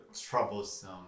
troublesome